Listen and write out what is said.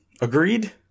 Agreed